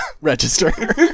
register